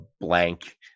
blank